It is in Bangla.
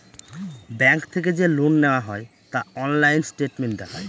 ব্যাঙ্ক থেকে যে লোন নেওয়া হয় তা অনলাইন স্টেটমেন্ট দেখায়